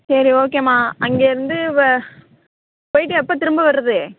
சரி ஓகேமா அங்கிருந்து வ போய்விட்டு எப்போ திரும்ப வர்றது